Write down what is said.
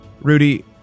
Rudy